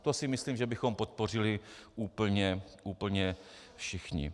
To si myslím, že bychom podpořili úplně všichni.